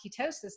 ketosis